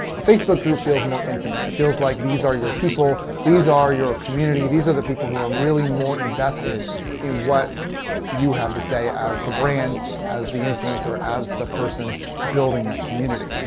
a facebook group feels more intimate. it feels like these are your people. these are your community. these are the people who are really more invested in what you have to say as the brand as the influencer as the person building that community.